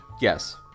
yes